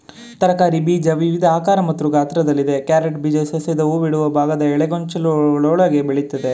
ತರಕಾರಿ ಬೀಜ ವಿವಿಧ ಆಕಾರ ಮತ್ತು ಗಾತ್ರದಲ್ಲಿವೆ ಕ್ಯಾರೆಟ್ ಬೀಜ ಸಸ್ಯದ ಹೂಬಿಡುವ ಭಾಗದ ಎಲೆಗೊಂಚಲೊಳಗೆ ಬೆಳಿತವೆ